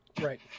Right